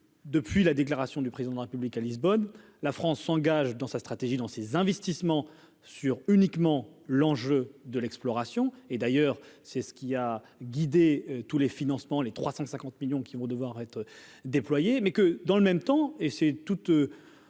depuis la déclaration du président de la République à Lisbonne, la France s'engage dans sa stratégie dans ses investissements sur uniquement l'enjeu de l'exploration et d'ailleurs c'est ce qui a guidé tous les financements, les 350 millions qui vont devoir être déployée, mais que dans le même temps, et c'est toute,